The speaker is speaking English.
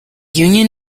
union